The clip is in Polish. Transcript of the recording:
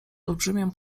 olbrzymią